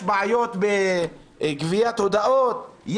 יש בעיות בגביית הודאות,